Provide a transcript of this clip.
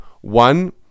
one